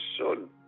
son